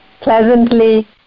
pleasantly